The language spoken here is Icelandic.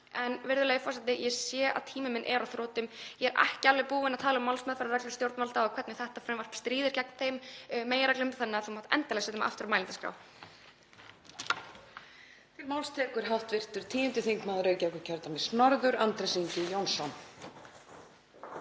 Virðulegur forseti. Ég sé að tími minn er á þrotum en ég er ekki alveg búin að tala um málsmeðferðarreglur stjórnvalda og hvernig þetta frumvarp stríðir gegn þeim meginreglum þannig að þú mátt endilega setja mig aftur á mælendaskrá.